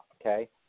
okay